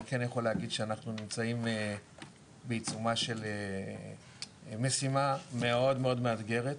אני כן יכול להגיד שאנחנו נמצאים בעיצומה של משימה מאוד מאוד מאתגרת,